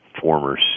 former